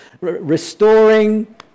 restoring